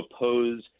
oppose